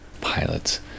pilots